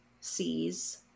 sees